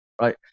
right